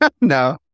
No